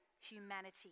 humanity